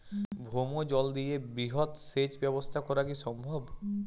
ভৌমজল দিয়ে বৃহৎ সেচ ব্যবস্থা করা কি সম্ভব?